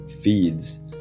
feeds